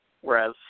whereas